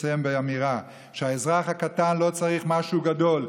לסיים באמירה שהאזרח הקטן לא צריך משהו גדול.